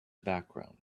background